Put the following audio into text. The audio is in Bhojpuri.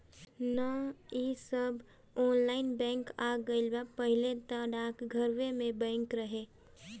अब नअ इ सब ऑनलाइन बैंक आ गईल बा पहिले तअ डाकघरवे में बैंक रहे